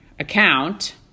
account